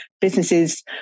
businesses